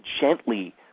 gently